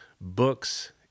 books